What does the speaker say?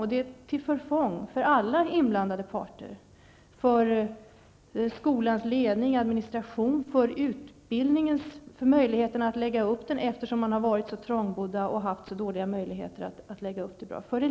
Det är till förfång för alla inblandade parter, t.ex. skolans ledning administration, och för möjligheterna att lägga upp utbildningen för eleverna -- man har bl.a. varit trångbodd.